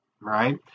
right